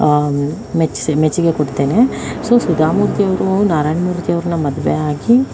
ಮೆಚ್ಚಿಸಿ ಮೆಚ್ಚುಗೆ ಕೊಡ್ತೇನೆ ಸೊ ಸುಧಾಮೂರ್ತಿ ಅವರು ನಾರಾಯಣಮೂರ್ತಿ ಅವರನ್ನು ಮದುವೆಯಾಗಿ